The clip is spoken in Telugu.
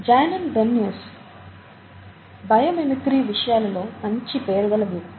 జానైన్ బెన్యస్ బయో మిమిక్రీ విషయాలలో మంచి పేరు గల వ్యక్తి